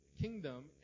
kingdom